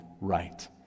right